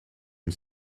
une